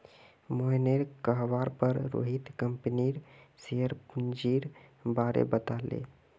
मोहनेर कहवार पर रोहित कंपनीर शेयर पूंजीर बारें बताले